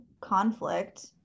conflict